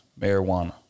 marijuana